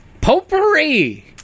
Potpourri